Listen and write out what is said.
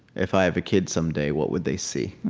if i have a kid someday, what would they see?